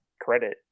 credit